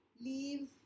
Leave